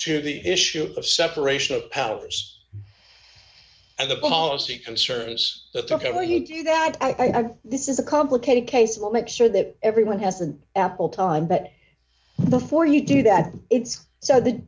to the issue of separation of powers and the policy concerns that ok were you do that i think this is a complicated case we'll make sure that everyone has an apple time but before you do that it's so that